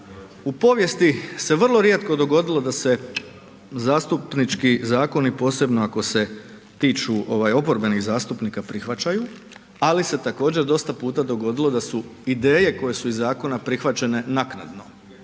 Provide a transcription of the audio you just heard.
u povijesti se vrlo rijetko dogodilo da se zastupnički zakoni, posebno ako se tiču ovaj oporbenih zastupnika prihvaćaju, ali se također dosta puta dogodilo da su ideje koje su iz zakona, prihvaćene naknadno,